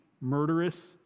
murderous